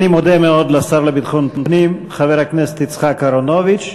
אני מודה מאוד לשר לביטחון פנים חבר הכנסת יצחק אהרונוביץ.